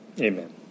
Amen